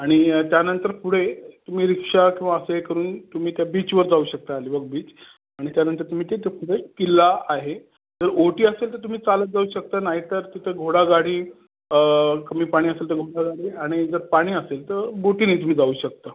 आणि त्यानंतर पुढे तुम्ही रिक्शा किवा असं ए करून तुम्ही त्या बिचवर जाऊ शकता अलिबाग बीच आणि त्यानंतर तुम्ही ते पुढे किल्ला आहे जर ओहोटी असेल तर तुम्ही चालत जाऊ शकता नाहीतर तिथं घोडागाडी कमी पाणी असेल तर घोडागाडी आणि जर पाणी असेल तर बोटीने तुम्ही जाऊ शकता